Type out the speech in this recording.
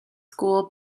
school